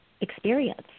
experience